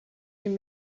you